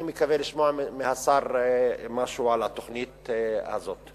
אני מקווה לשמוע מהשר משהו על התוכנית הזאת.